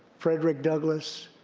frederick douglass,